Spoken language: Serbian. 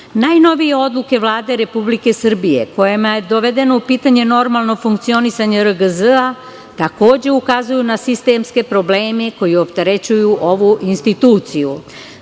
odluke Vlade Republike Srbije kojima je dovedeno u pitanje normalno funkcionisanje RGZ takođe ukazuju na sistemske probleme koji opterećuju ovu instituciju.